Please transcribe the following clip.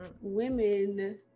women